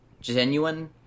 genuine